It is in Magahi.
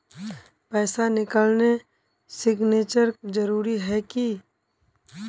पैसा निकालने सिग्नेचर जरुरी है की?